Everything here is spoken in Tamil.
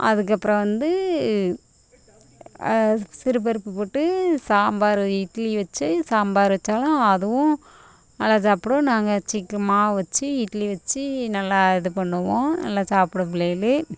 அதுகப்புறம் வந்து சிறுபருப்பு போட்டு சாம்பார் இட்லி வெச்சு சாம்பார் வைச்சாலும் அதுவும் நல்லா சாப்பிடுவோம் நாங்கள் சீக்கிரம் மாவு வெச்சு இட்லி வெச்சு நல்லா இது பண்ணுவோம் நல்லா சாப்பிடும் பிள்ளைகள்